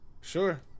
Sure